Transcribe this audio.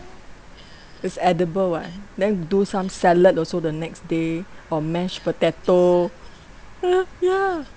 is edible [what] then do some salad also the next day or mashed potato ya ya